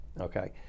Okay